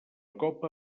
copa